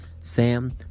Sam